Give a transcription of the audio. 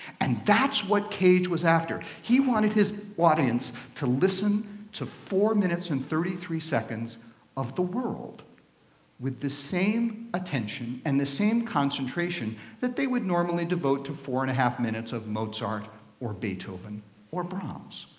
and that's what cage was after. he wanted his audience to listen to four minutes and thirty three seconds of the world with the same attention and the same concentration that they would normally devote to four and a half minutes of mozart or beethoven or brahms.